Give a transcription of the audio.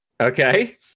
Okay